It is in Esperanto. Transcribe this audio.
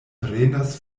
prenas